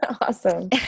Awesome